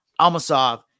Almasov